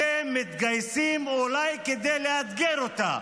אתם מתגייסים אולי כדי לאתגר אותה.